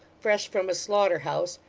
fresh from a slaughter-house,